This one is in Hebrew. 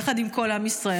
יחד עם כל עם ישראל,